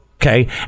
Okay